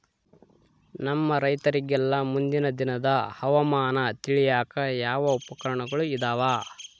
ನಮ್ಮ ರೈತರಿಗೆಲ್ಲಾ ಮುಂದಿನ ದಿನದ ಹವಾಮಾನ ತಿಳಿಯಾಕ ಯಾವ ಉಪಕರಣಗಳು ಇದಾವ?